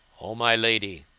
o my lady,